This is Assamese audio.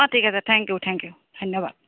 অঁ ঠিক আছে থেংক ইউ থেংক ইউ ধন্যবাদ